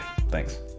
Thanks